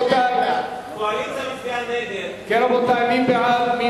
מי בעד?